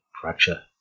fracture